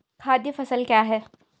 खाद्य फसल क्या है?